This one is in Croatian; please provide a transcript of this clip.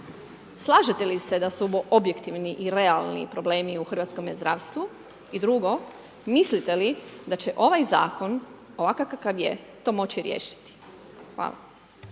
slažete li se da su ovo objektivni i realni problemi u hrvatskome zdravstvu i drugo, mislite li da će ovaj Zakon ovakav kakav je to moći riješiti? Hvala.